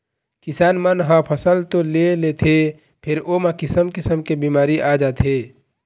किसान मन ह फसल तो ले लेथे फेर ओमा किसम किसम के बिमारी आ जाथे